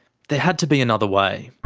there had to be another way.